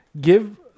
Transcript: give